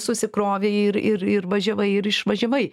susikrovei ir ir ir važiavai ir išvažiavai